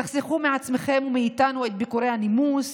תחסכו מעצמכם ומאיתנו את ביקורי הנימוס.